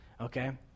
okay